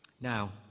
Now